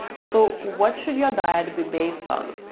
so what should your diet be based on?